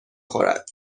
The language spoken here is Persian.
خورد